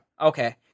Okay